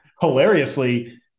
hilariously